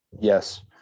Yes